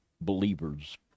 believers